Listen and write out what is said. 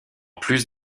plus